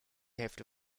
hälfte